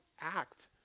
act